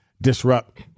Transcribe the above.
disrupt